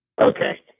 Okay